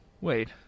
wait